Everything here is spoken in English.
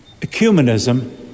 Ecumenism